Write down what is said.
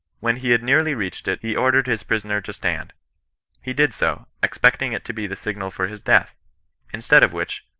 when he had nearly reached it, he ordered his prisoner to stand he did so, expecting it to be the signal for his death instead of which,